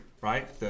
right